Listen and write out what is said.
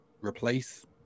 replace